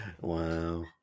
Wow